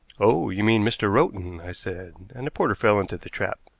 oh, you mean mr. rowton, i said, and the porter fell into the trap.